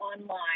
online